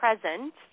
present